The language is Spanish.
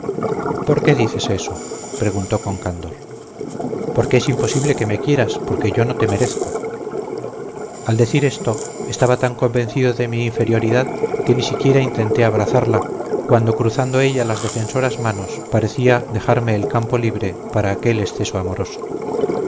por qué dices eso preguntó con candor porque es imposible que me quieras porque yo no te merezco al decir esto estaba tan convencido de mi inferioridad que ni siquiera intenté abrazarla cuando cruzando ella las defensoras manos parecía dejarme el campo libre para aquel exceso amoroso